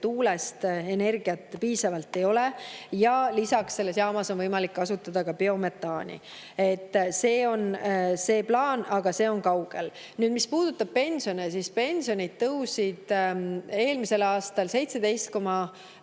tuulest piisavalt energiat ei [saa]. Ja lisaks, selles jaamas on võimalik kasutada biometaani. See on see plaan, aga see [lahendus] on kaugel. Nüüd, mis puudutab pensione, siis pensionid tõusid eelmisel aastal 17,6%.